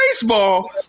baseball